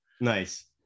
Nice